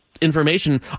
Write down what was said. information